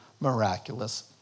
miraculous